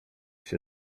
się